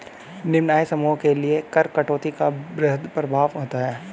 निम्न आय समूहों के लिए कर कटौती का वृहद प्रभाव होता है